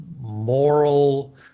moral